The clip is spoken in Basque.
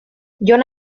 jon